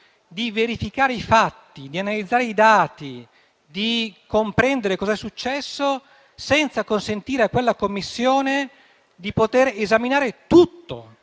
di verificare i fatti, di analizzare i dati, di comprendere cosa è successo, senza consentirle di poter esaminare tutto